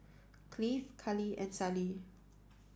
Cleave Kalie and Sallie